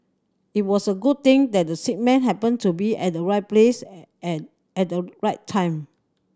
it was a good thing that the sick man happened to be at the right place and at the right time